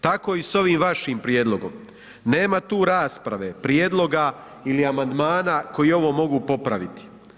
Tako i s ovim vašim prijedlogom nema tu rasprave prijedloga ili amandmana koji ovo mogu popraviti.